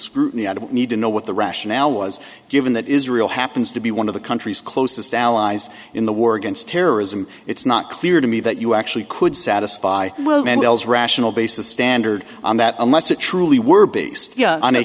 scrutiny i don't need to know what the rationale was given that israel happens to be one of the countries closest allies in the war against terrorism it's not clear to me that you actually could satisfy woman yells rational basis standard on that unless it truly were based on a